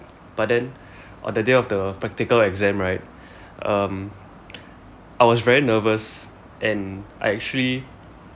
but then on the day of the practical exam right um I was very nervous and I actually